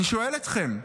אני שואל אתכם: